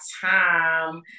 time